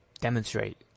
demonstrate